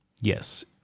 Yes